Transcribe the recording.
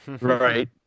Right